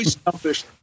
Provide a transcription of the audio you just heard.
selfish